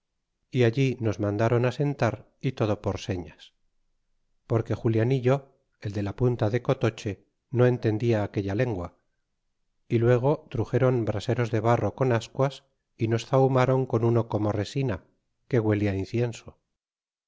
y allí nos mandaron asentar y todo por señas porque julianillo el de la punta de cotoche no entendia aquella lengua y luego truxéron braseros de barro con asquas y nos zahumáron con uno como resina que huele incienso